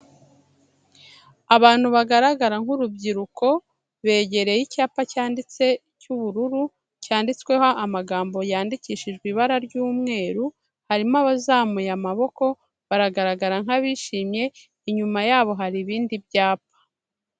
Abantu bagaragara nk'urubyiruko, begereye icyapa cyanditse cy'ubururu, cyanditsweho amagambo yandikishijwe ibara ry'umweru, harimo abazamuye amaboko baragaragara'abishimye, inyuma yabo hari ibindi byapa.